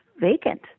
vacant